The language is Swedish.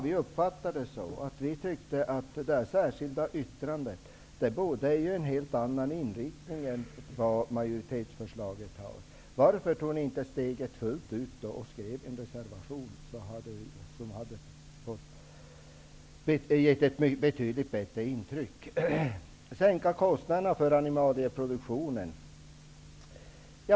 Vi socialdemokrater tyckte att det särskilda yttrandet förebådade en helt annan inriktning än vad majoritetsförslaget innebär. Varför tog ni inte steget fullt ut och skrev en reservation? Det hade givit ett betydligt bättre intryck. Holger Gustafsson talar om kostnaderna för animalieproduktionen.